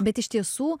bet iš tiesų